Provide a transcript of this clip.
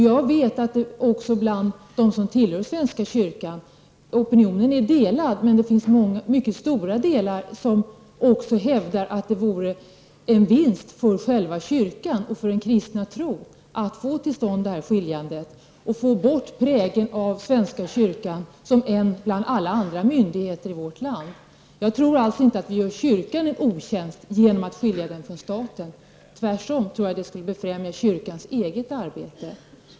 Jag vet att opinionen även bland dem som tillhör svenska kyrkan är delad, men många hävdar också att det vore en vinst för själva kyrkan och för den kristna tron att få detta skiljande till stånd och få bort prägeln av svenska kyrkan som en bland alla andra myndigheter i vårt land. Jag tror alltså inte att vi gör kyrkan en otjänst genom att skilja den från staten. Jag tror tvärtom att det skulle befrämja kyrkans eget arbete.